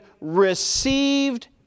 received